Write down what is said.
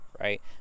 right